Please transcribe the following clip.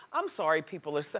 i'm sorry people are, so